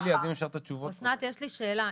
אסנת יש לי שאלה,